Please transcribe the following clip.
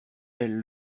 elles